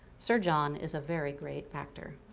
sir john is a very great actor.